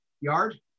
yard